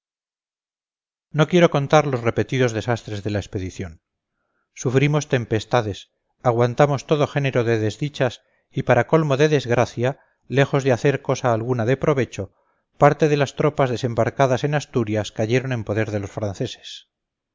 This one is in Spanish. no quiero contar los repetidos desastres de la expedición sufrimos tempestades aguantamos todo género de desdichas y para colmo de desgracia lejos de hacer cosa alguna de provecho parte de las tropas desembarcadas en asturias cayeron en poder de los franceses